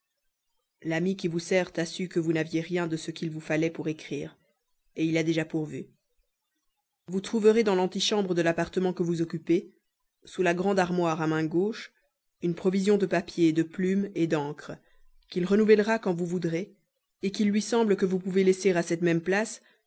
l'ami qui vous sert a su que vous n'aviez rien de ce qu'il vous fallait pour écrire il y a déjà pourvu vous trouverez dans l'antichambre de l'appartement que vous occupez sous la grande armoire à main gauche une provision de papier de plumes d'encre qu'il renouvellera quand vous voudrez qu'il lui semble que vous pouvez laisser à cette même place